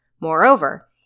Moreover